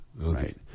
right